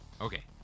Okay